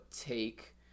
take